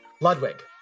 Ludwig